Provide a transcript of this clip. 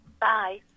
Bye